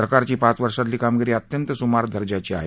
सरकारची पाच वर्षातली कामगिरी अत्यंत सुमार दर्जाची आहे